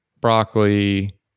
broccoli